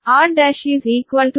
ಆದ್ದರಿಂದ r 0